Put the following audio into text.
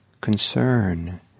concern